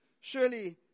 Surely